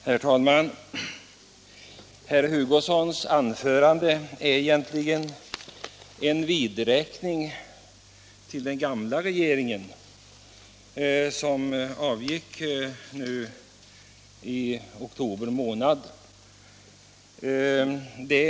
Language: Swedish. Herr talman! Herr Hugossons anförande är egentligen en vidräkning med den gamla regeringen, som avgick i oktober förra året.